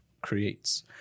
creates